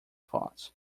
thoughts